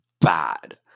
bad